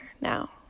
now